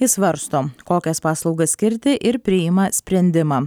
ji svarsto kokias paslaugas skirti ir priima sprendimą